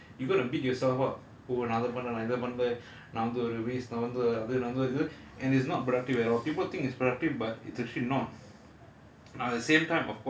and if you are very serious in your mind you gonna beat yourself up நான் அத பண்ணல நான் இத பண்ணல நான் வந்து ஒரு:naan atha pannala naan itha pannala naan vanthu oru waste நான் வந்து ஒரு இது அது:naan vanthu oru ithu athu and it's not productive at all people think it's productive but it's actually not